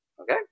Okay